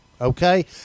okay